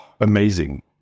Amazing